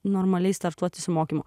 normaliai startuoti su mokymu